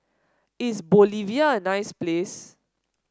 is Bolivia a nice place